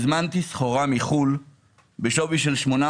הזמנתי סחורה מחוץ לארץ בשווי של 800